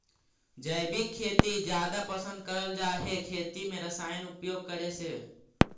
जैविक खेती जादा पसंद करल जा हे खेती में रसायन उपयोग करे से